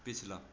पिछला